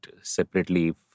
separately